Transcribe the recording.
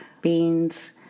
beans